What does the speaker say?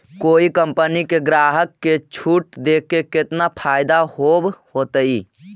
कोई कंपनी के ग्राहक के छूट देके केतना फयदा होब होतई?